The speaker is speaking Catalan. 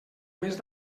mes